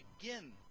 begin